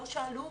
לא שאלו אותנו.